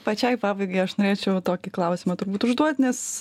pačiai pabaigai aš norėčiau va tokį klausimą turbūt užduot nes